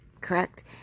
correct